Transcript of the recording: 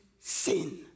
sin